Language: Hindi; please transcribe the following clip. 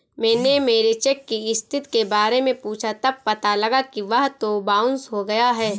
मैंने मेरे चेक की स्थिति के बारे में पूछा तब पता लगा कि वह तो बाउंस हो गया है